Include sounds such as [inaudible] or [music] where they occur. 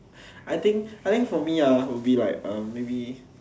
[breath] I think I think for me ah will be like uh maybe